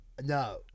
No